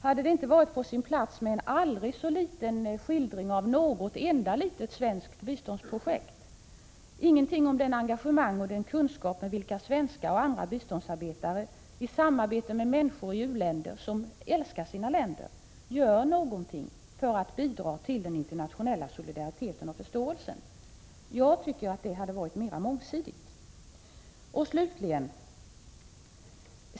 Hade det inte varit på sin plats med en aldrig så liten skildring av något enda litet svenskt biståndsprojekt? Det står ingenting om vad svenska och andra biståndsarbetare, i samarbete med människor i u-länderna som älskar sina länder, med engagemang och kunskap gör för att bidra till den internationella solidariteten och förståelsen. Jag tycker att det hade varit mera mångsidigt.